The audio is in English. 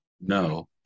No